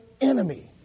enemy